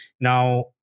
Now